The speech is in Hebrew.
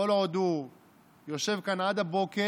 כל עוד הוא יושב כאן עד הבוקר,